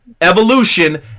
Evolution